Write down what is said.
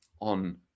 on